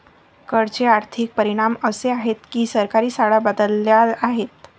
कर चे आर्थिक परिणाम असे आहेत की सरकारी शाळा बदलल्या आहेत